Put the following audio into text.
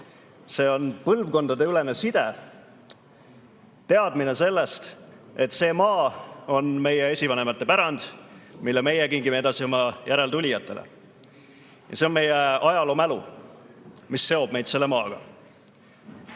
See on põlvkondadeülene side. Teadmine sellest, et see maa on meie esivanemate pärand, mille me kingime edasi oma järeltulijatele. Ja see on meie ajaloomälu, mis seob meid selle maaga.